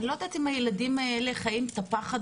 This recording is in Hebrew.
אני לא יודעת אם הילדים האלה חיים את הפחד,